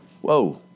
Whoa